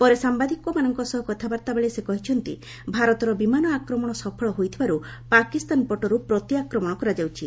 ପରେ ସାମ୍ବାଦିକମାନଙ୍କ ସହ କଥାବାର୍ତ୍ତାବେଳେ ସେ କହିଛନ୍ତି ଭାରତର ବିମାନ ଆକ୍ରମଣ ସଫଳ ହୋଇଥିବାରୁ ପାକିସ୍ତାନ ପଟରୁ ପ୍ରତି ଆକ୍ରମଣ କରାଯାଉଛି